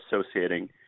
associating